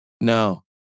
No